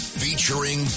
featuring